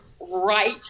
right